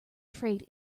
trade